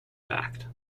fact